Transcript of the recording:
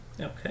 Okay